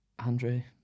Andre